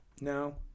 No